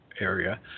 area